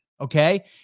okay